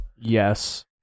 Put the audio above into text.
Yes